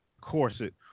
corset